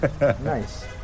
Nice